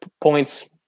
points